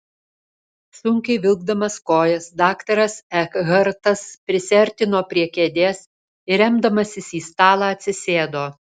sunkiai vilkdamas kojas daktaras ekhartas prisiartino prie kėdės ir remdamasis į stalą atsisėdo